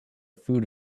food